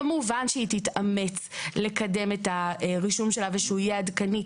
כמובן שהיא תתאמץ לקדם את הרישום שלה ושהוא יהיה עדכני,